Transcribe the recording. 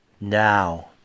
Now